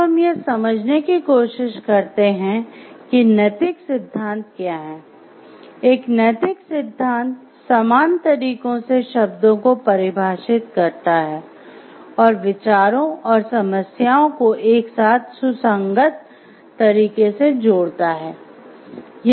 अब हम यह समझने की कोशिश करते हैं कि नैतिक सिद्धांत क्या है एक नैतिक सिद्धांत समान तरीकों से शब्दों को परिभाषित करता है और विचारों और समस्याओं को एक साथ सुसंगत तरीके से जोड़ता है